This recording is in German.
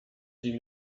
die